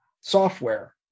software